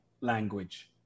language